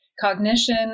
cognition